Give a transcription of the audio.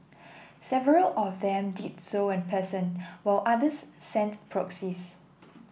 several of them did so in person while others sent proxies